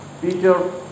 Peter